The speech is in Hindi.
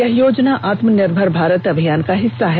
यह योजना आत्मनिर्भर भारत अभियान का हिस्सा है